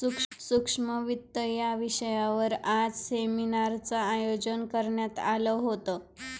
सूक्ष्म वित्त या विषयावर आज सेमिनारचं आयोजन करण्यात आलं होतं